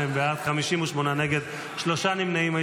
52 בעד, 58 נגד, שלושה נמנעים.